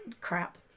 Crap